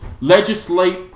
legislate